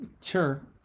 Sure